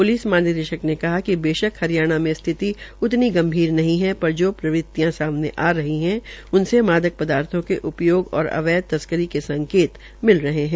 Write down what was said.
police महानिदेशक ने कहा कि बेशक हरिायाणा में स्थिति उतनी गंभीर नहीं है पर जो प्रवृतियां सामने आ रही है उनके मादक पदार्थो के उपयोग और अवैध तस्करी के संकेत मिल रहे है